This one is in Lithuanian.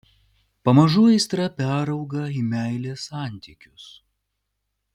pamažu aistra perauga į meilės santykius